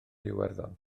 iwerddon